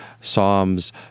psalms